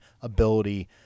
ability